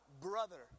brother